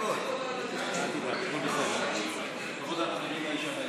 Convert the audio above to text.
וזאת לאחר שהמועצה לביטחון לאומי והמשרד להשכלה